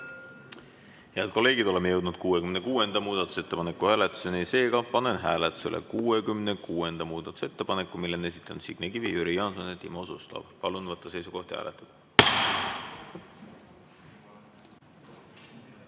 Head kolleegid, oleme jõudnud 66. muudatusettepaneku hääletuseni. Seega panen hääletusele 66. muudatusettepaneku, mille on esitanud Signe Kivi, Jüri Jaanson ja Timo Suslov. Palun võtta seisukoht ja hääletada!